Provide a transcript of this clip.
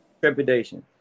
Trepidation